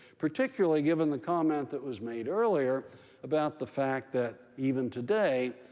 particularly given the comment that was made earlier about the fact that even today,